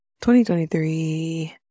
2023